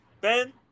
Ben